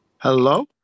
hello